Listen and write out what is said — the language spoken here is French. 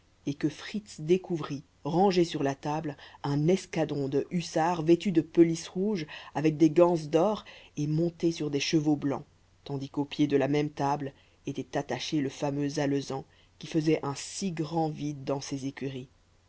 et que fritz découvrit rangé sur la table un escadron de hussards vêtus de pelisses rouges avec des ganses d'or et montés sur des chevaux blancs tandis qu'au pied de la même table était attaché le fameux alezan qui faisait un si grand vide dans ses écuries